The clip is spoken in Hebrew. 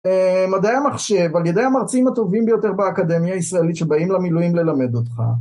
מדעי המחשב, על ידי המרצים הטובים ביותר באקדמיה הישראלית שבאים למילואים ללמד אותך.